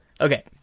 Okay